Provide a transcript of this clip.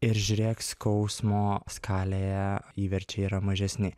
ir žiūrėk skausmo skalėje įverčiai yra mažesni